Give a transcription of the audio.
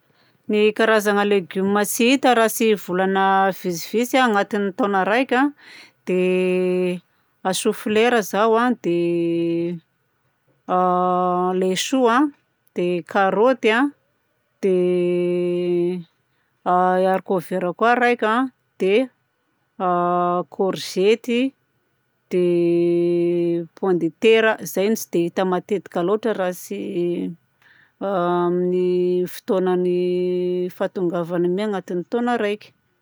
Ny karazagna legioma tsy hita raha tsy volana vitsivitsy agnatin'ny taona raika dia sofilera izao a, dia a laisoa a, dia karaoty a, dia a i haricot vert koa raika a, dia a kaorizety, dia pomme de terre. Izay no tsy dia hita matetika loatra raha tsy a amin'ny fotoanan'ny fahatongavan'igny agnatin'ny taogna raika.